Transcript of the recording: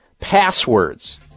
passwords